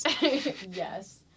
Yes